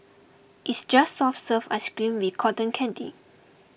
it's just soft serve ice cream with cotton candy